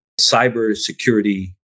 cybersecurity